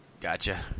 Gotcha